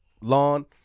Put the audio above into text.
lawn